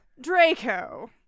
Draco